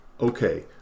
okay